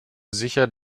sicher